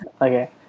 Okay